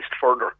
further